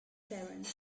parents